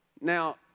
Now